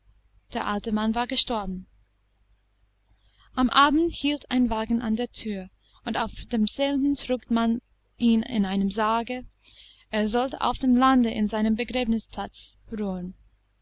der alte mann war gestorben am abend hielt ein wagen an der thür und auf demselben trug man ihn in seinem sarge er sollte auf dem lande in seinem begräbnisplatz ruhen